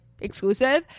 exclusive